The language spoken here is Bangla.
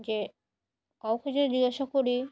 যে কাউকে যদি জিজ্ঞাসা করি